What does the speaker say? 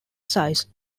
size